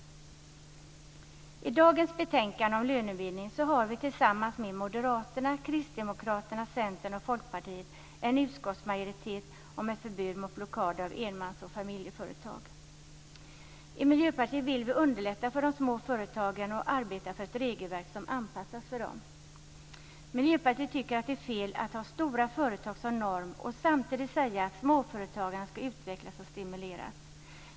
I dagens betänkande om lönebildningen har vi tillsammans med Moderaterna, Kristdemokraterna, Vi i Miljöpartiet vill underlätta för de små företagen och arbeta för ett regelverk som anpassas för dem. Miljöpartiet tycker att det är fel att ha stora företag som norm och samtidigt säga att småföretagandet ska utvecklas och stimuleras.